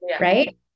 Right